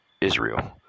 Israel